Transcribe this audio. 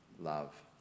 love